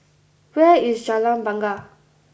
where is Jalan Bungar